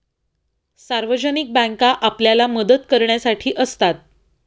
सार्वजनिक बँका आपल्याला मदत करण्यासाठी असतात